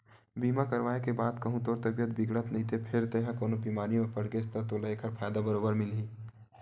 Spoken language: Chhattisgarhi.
बीमा करवाय के बाद कहूँ तोर तबीयत बिगड़त नइते फेर तेंहा कोनो बेमारी म पड़ गेस ता तोला ऐकर फायदा बरोबर मिलही